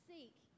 Seek